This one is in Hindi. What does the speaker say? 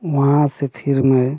वहाँ से फिर मैं